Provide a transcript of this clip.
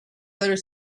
other